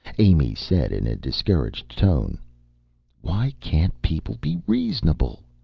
amy said in a discouraged tone why can't people be reasonable?